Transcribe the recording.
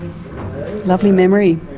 lovely memory.